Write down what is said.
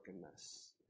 brokenness